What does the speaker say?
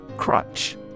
crutch